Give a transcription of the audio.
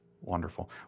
Wonderful